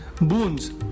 boons